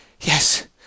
Yes